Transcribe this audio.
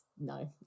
no